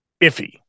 iffy